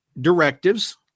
directives